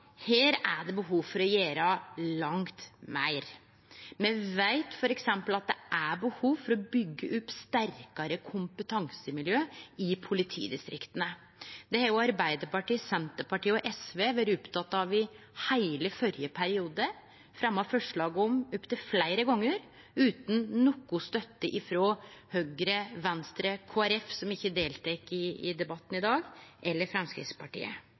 Her er det behov for å gjere langt meir. Me veit f.eks. at det er behov for å byggje opp sterkare kompetansemiljø i politidistrikta. Det var Arbeidarpartiet, Senterpartiet og SV opptekne av i heile førre periode og fremja forslag om opptil fleire gonger, utan noka støtte frå Høgre, Venstre, Kristeleg Folkeparti, som ikkje deltek i debatten i dag, eller